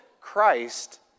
Christ